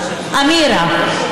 אמירה.